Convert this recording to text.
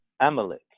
Amalek